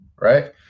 Right